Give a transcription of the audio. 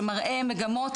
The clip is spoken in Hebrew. שמראה מגמות,